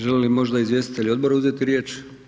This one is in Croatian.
Žele li možda izvjestitelji odbora uzeti riječ?